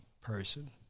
person